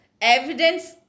evidence